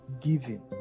giving